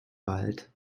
wald